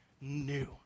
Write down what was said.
new